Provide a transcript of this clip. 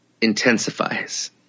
intensifies